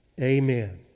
Amen